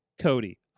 Cody